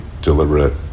deliberate